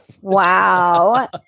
Wow